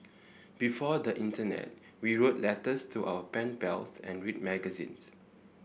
before the internet we wrote letters to our pen pals and read magazines